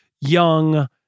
young